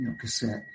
cassette